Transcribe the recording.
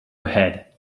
ahead